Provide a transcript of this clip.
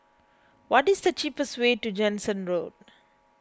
what is the cheapest way to Jansen Road